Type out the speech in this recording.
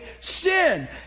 sin